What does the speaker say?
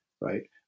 right